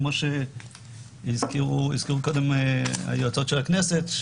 כמו שהזכירו קודם היועצות של הכנסת,